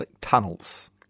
Tunnels